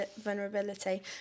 vulnerability